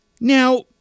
Now